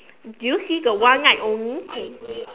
do you see the one night only